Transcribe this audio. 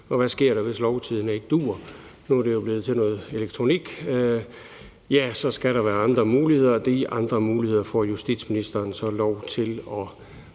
Og hvad sker der, hvis Lovtidende – nu er det jo blevet til noget elektronisk – ikke duer? Så skal der være andre muligheder, og de andre muligheder får justitsministeren så lov til at